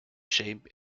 shape